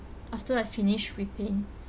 after I finish repaying